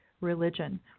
religion